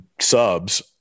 subs